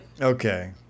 Okay